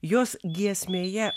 jos giesmėje